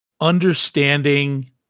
understanding